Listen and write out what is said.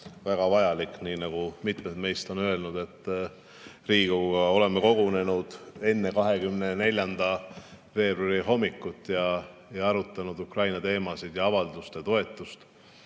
väga vajalik, nii nagu mitmed meist on juba öelnud. Me oleme Riigikoguga kogunenud enne 24. veebruari hommikut ja arutanud Ukraina teemasid ja avaldust ja toetust,